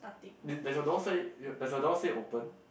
did does your door say y~ does your door say open